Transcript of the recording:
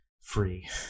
free